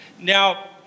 Now